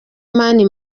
mani